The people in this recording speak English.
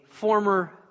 former